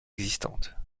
existantes